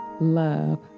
love